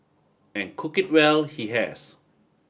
and cook it well he has